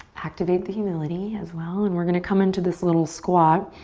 activate the humility as well. and we're gonna come into this little squat,